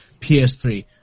PS3